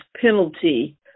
penalty